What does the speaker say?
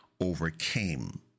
overcame